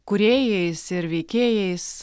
kūrėjais ir veikėjais